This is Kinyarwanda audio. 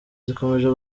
zikomeje